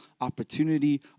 opportunity